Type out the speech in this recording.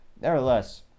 Nevertheless